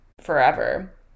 forever